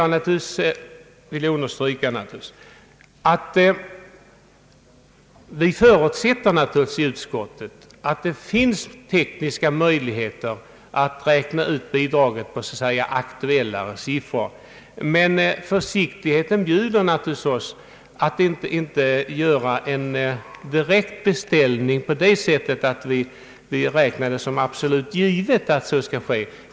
Jag vill understryka att vi naturligtvis i utskottet har förutsatt att det skall finnas tekniska möjligheter att räkna ut bidraget på grundval av aktuellare siffror. Försiktigheten bjuder oss emel lertid att inte göra en direkt beställning på så sätt att vi tar det för absolut givet att så skall ske.